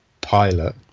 Pilot